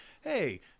Hey